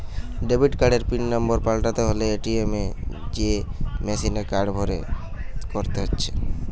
debit কার্ডের pin number পাল্টাতে হলে এ.টি.এম এ যেয়ে মেসিনে কার্ড ভরে করতে হচ্ছে